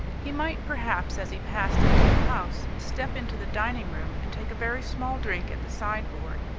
he might, perhaps, as he passed into the house, step into the dining-room and take a very small drink at the sideboard.